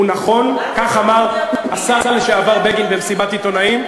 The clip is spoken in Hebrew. הוא נכון, כך אמר השר לשעבר בגין במסיבת עיתונאים.